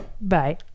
Bye